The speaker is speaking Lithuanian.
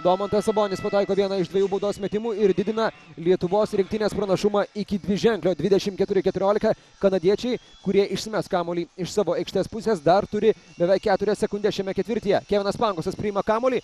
domantas sabonis pataiko vieną iš dviejų baudos metimų ir didina lietuvos rinktinės pranašumą iki dviženklio dvidešimt keturi keturiolika kanadiečiai kurie išsimes kamuolį iš savo aikštės pusės dar turi beveik keturias sekundes šiame ketvirtyje kevinas pangosas priima kamuolį